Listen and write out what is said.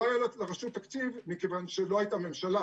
היה לרשות תקציב מכיוון שלא הייתה ממשלה,